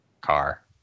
car